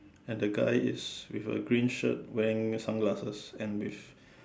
and the guy is with a green shirt wearing sunglasses and with